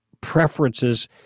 preferences